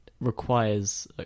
requires